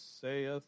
saith